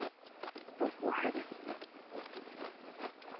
okay sir